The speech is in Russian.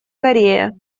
корея